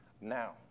now